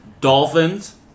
Dolphins